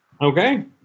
Okay